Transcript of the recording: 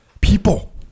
People